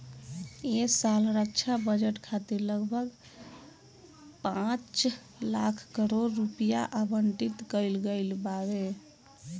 ऐ साल रक्षा बजट खातिर लगभग पाँच लाख करोड़ रुपिया आवंटित कईल गईल बावे